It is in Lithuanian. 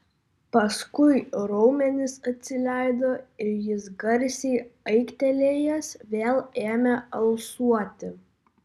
paskui raumenys atsileido ir jis garsiai aiktelėjęs vėl ėmė alsuoti